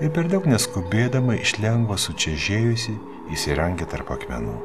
ir per daug neskubėdama iš lengvo sučežėjusi įsirangė tarp akmenų